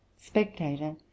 spectator